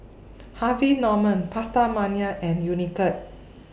Harvey Norman PastaMania and Unicurd